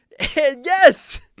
Yes